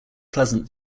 pleasant